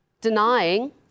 denying